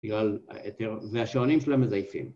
‫והשעונים שלהם מזייפים.